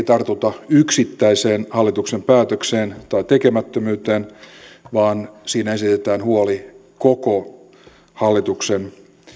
tartuta yksittäiseen hallituksen päätökseen tai tekemättömyyteen vaan siinä esitetään huoli koko hallituksen